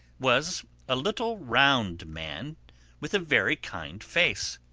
was a little round man with a very kind face.